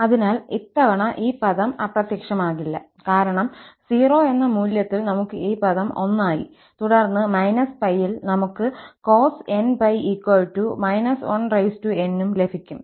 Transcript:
അതിനാൽ ഇത്തവണ ഈ പദം അപ്രത്യക്ഷമാകില്ല കാരണം 0 എന്ന മൂല്യത്തിൽ നമുക്ക് ഈ പദം 1 ആയി തുടർന്ന് −𝜋 ൽ നമുക്ക് cos𝑛𝜋−1𝑛 ഉം ലഭിക്കും